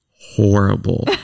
horrible